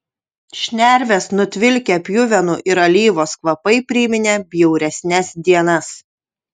šnerves nutvilkę pjuvenų ir alyvos kvapai priminė bjauresnes dienas